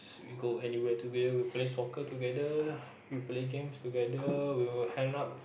we go anywhere together we play soccer together we play games together we will hang out